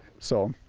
so